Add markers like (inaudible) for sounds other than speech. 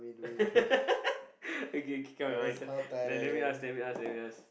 (laughs) okay K K come my turn let let me ask let me ask let me ask